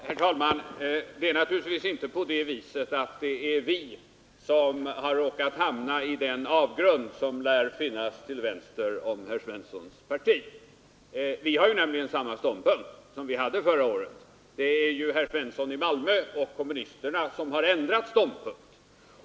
Herr talman! Det är naturligtvis inte vi som har råkat hamna i den avgrund som lär finnas till vänster om herr Svenssons i Malmö parti. Vi har ju samma ståndpunkt som vi hade förra året. Det är i stället herr Svensson och kommunisterna som har ändrat ståndpunkt.